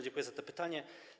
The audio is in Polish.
Dziękuję za te pytanie.